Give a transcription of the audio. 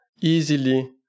easily